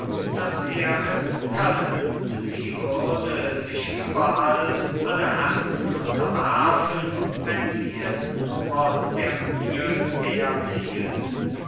daß er es könne sie würde sich überall alle herzen unterwerfen wenn sie es nur der mühe werth hielte